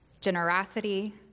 generosity